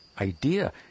idea